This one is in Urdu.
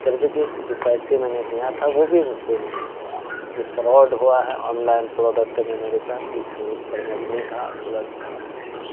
غرض کہ جو پیسے میں نے دیا تھا وہ بھی وصول نہیں ہوا یہ فراڈ ہوا ہے آن لائن پراڈکٹ میں میرے ساتھ یہ جھوٹ پر مبنی تھا غلط تھا